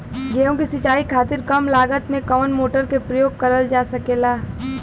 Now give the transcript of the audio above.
गेहूँ के सिचाई खातीर कम लागत मे कवन मोटर के प्रयोग करल जा सकेला?